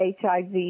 HIV